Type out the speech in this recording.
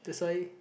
that's why